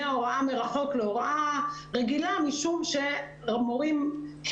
מהוראה מרחוק להוראה רגילה משום שחלק